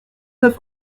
neuf